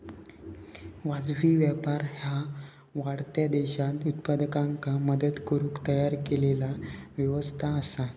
वाजवी व्यापार ह्या वाढत्या देशांत उत्पादकांका मदत करुक तयार केलेला व्यवस्था असा